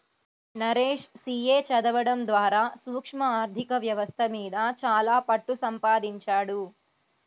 Naresh CA చదవడం ద్వారా సూక్ష్మ ఆర్ధిక వ్యవస్థ మీద చాలా పట్టుసంపాదించాడు